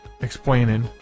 explaining